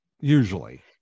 usually